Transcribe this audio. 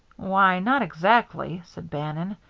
why, not exactly, said bannon.